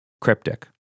Cryptic